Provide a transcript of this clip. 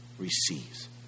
receives